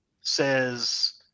says